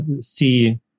see